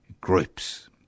groups